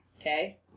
Okay